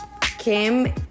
Kim